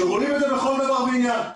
ורואים את זה בכל דבר ועניין,